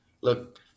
Look